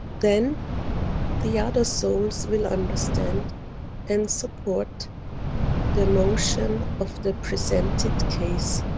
then the other souls will understand and support the motion of the presented case,